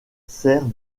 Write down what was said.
sert